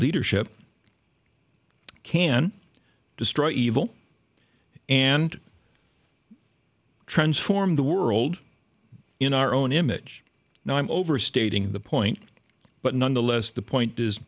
leadership can destroy evil and transform the world in our own image now i'm overstating the point but nonetheless the point is